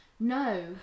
No